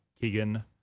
Keegan